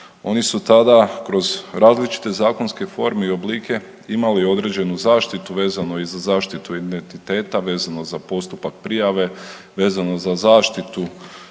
Oni su tada kroz različite zakonske forme i oblike imali određenu zaštitu vezano i za zaštitu identiteta, vezano za postupak prijave, vezano za zaštitu